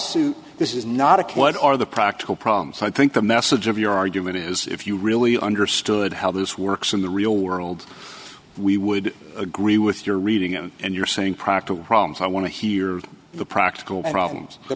suit this is not of what are the practical problems i think the message of your argument is if you really understood how this works in the real world we would agree with your reading it and you're saying proctor problems i want to hear the practical problems the